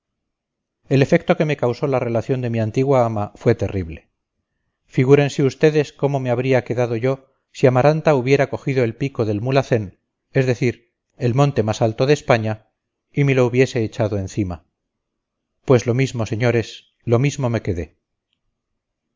el efecto que me causó la relación de mi antigua ama fue terrible figúrense ustedes cómo me habría quedado yo si amaranta hubiera cogido el pico de mulhacén es decir el monte más alto de españa y me lo hubiese echado encima pues lo mismo señores lo mismo me quedé